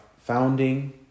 founding